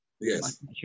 Yes